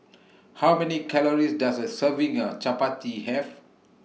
How Many Calories Does A Serving of Chapati Have